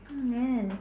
hmm man